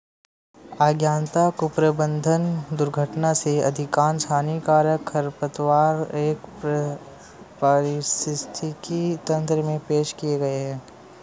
अज्ञानता, कुप्रबंधन, दुर्घटना से अधिकांश हानिकारक खरपतवार एक पारिस्थितिकी तंत्र में पेश किए गए हैं